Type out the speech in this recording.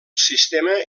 sistema